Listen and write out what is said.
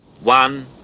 one